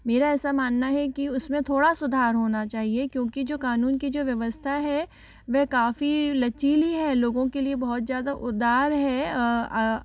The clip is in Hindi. मेरा ऐसा मानना है कि उसमें थोड़ा सुधार होना चाहिए क्योंकि जो कानून की जो व्यवस्था है वह काफी लचीली है लोगों के लिए बहुत ज़्यादा उदार है